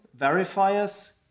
verifiers